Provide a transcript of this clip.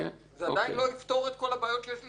זה עדיין לא יפתור לי את כל הבעיות שיש לי עם החוק.